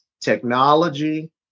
technology